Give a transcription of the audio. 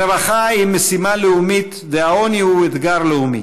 רווחה היא משימה לאומית והעוני הוא אתגר לאומי.